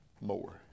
more